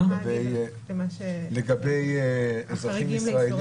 לגבי אזרחים ישראלים.